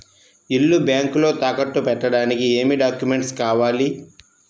ఇల్లు బ్యాంకులో తాకట్టు పెట్టడానికి ఏమి డాక్యూమెంట్స్ కావాలి?